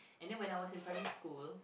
and then when I was in primary school